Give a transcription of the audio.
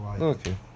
Okay